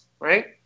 right